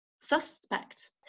suspect